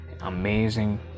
amazing